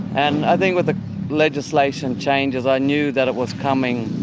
and i think with the legislation changes i knew that it was coming